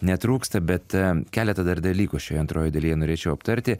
netrūksta bet keletą dar dalykų šioje antroje dalyje norėčiau aptarti